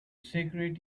secret